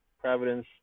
Providence